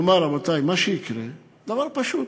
כלומר, רבותי, מה שיקרה, דבר פשוט: